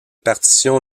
partitions